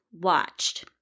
watched